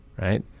right